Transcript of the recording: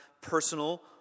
personal